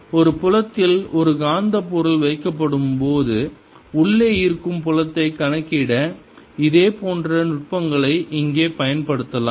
ஒரு புலத்தில் ஒரு காந்தப் பொருள் வைக்கப்படும் போது உள்ளே இருக்கும் புலத்தை கணக்கிட இதே போன்ற நுட்பங்களை இங்கே பயன்படுத்தலாம்